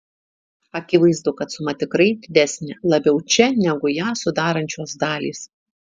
akivaizdu kad suma tikrai didesnė labiau čia negu ją sudarančios dalys